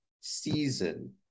season